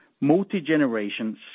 multi-generation